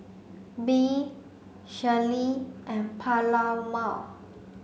Bee Shirlee and Paloma